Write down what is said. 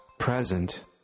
present